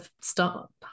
stop